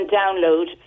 download